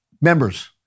Members